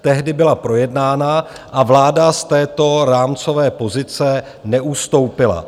Tehdy byla projednána a vláda z této rámcové pozice neustoupila.